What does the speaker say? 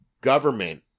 government